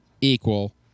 equal